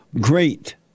great